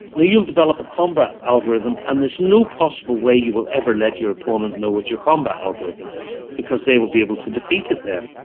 you'll develop a combat algorithm and there is no possible way you will ever let your opponent know what your combat algorithm is because they will be able to defeat it then.